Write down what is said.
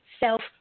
Self